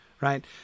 Right